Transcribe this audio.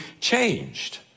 changed